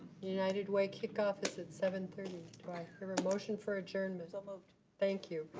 united way kick off is at seven thirty. do i hear a motion for adjournment? so moved. thank you.